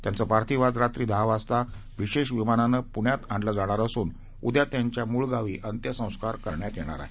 त्यांचे पार्थिव आज रात्री दहा वाजता विशेष विमानाने पूण्यात आणलं जाणार असून उद्या त्यांच्या मूळगावी अंत्यसंस्कार करण्यात येणार आहे